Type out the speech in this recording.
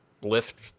lift